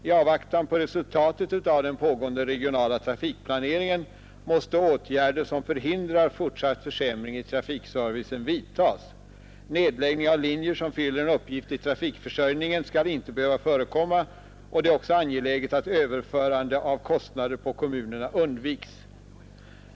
I avvaktan på resultatet av den pågående regionala trafikplaneringen måste åtgärder som förhindrar fortsatt försämring av trafikservicen vidtas. Nedläggning av linjer som fyller en uppgift i trafikförsörjningen skall inte behöva förekomma, och det är också angeläget att överförande av kostnader på kommunerna undviks.